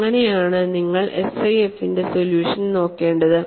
ഇങ്ങനെയാണ് നിങ്ങൾ SIF ന്റെ സൊല്യൂഷൻ നോക്കേണ്ടത്